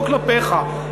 לא כלפיך,